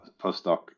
postdoc